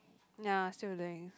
ya still doing